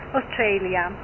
Australia